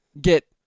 get